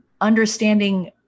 understanding